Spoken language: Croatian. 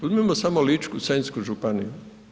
Uzmimo samo Ličko-senjsku županiju.